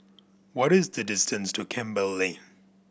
what is the distance to Campbell Lane